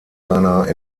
seiner